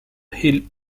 hill